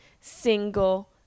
single